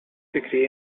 degree